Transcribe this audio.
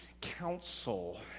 counsel